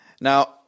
Now